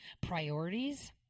priorities